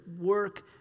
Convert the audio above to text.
work